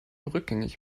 rückgängig